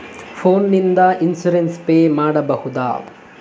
Phone ನಿಂದ insurance pay ಮಾಡಬಹುದ?